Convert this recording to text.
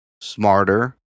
smarter